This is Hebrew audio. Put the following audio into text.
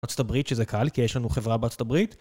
ארצות הברית שזה קל, כי יש לנו חברה בארצות הברית,